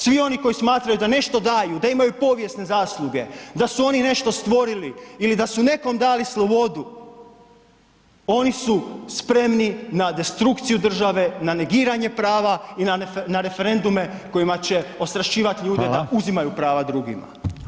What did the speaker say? Svi oni koji smatraju da nešto daju, da imaju povijesne zasluge, da su oni nešto stvorili ili da su nekom dali slobodu, oni su spremni na destrukciju države, na negiranje prava i na referendume kojima će ostrašćivati ljude da uzimaju prava drugima.